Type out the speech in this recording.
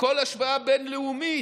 בכל השוואה בין-לאומית,